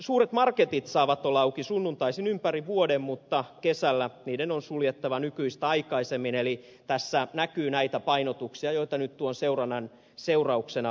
suuret marketit saavat olla auki sunnuntaisin ympäri vuoden mutta kesällä niiden on suljettava nykyistä aikaisemmin eli tässä näkyy näitä painotuksia joita nyt tuon seurannan seurauksena on haluttu tehdä